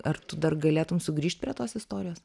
ar tu dar galėtum sugrįžt prie tos istorijos